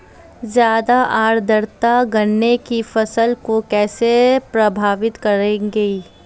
ज़्यादा आर्द्रता गन्ने की फसल को कैसे प्रभावित करेगी?